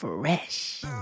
Fresh